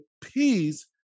peace